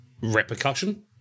repercussion